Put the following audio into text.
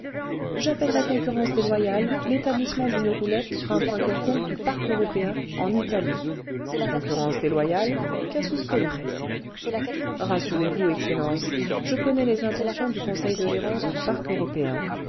j'appellerais concurrence déloyale rétablissement d'une roulette lie vingtième siècle sur un point quelconque du parc européen en italie concurrence déloyale casus belli rassurez-vous excellence je connais les intentions du conseil de gérance du parc européen